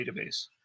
database